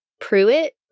Pruitt